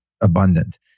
abundant